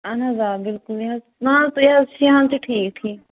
اَہَن حظ آ بِلکُل یہِ حظ نہَ تُہۍ حظ چھِ یِہَن چھِ ٹھیٖک ٹھیٖک